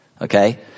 okay